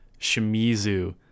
Shimizu